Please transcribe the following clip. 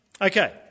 okay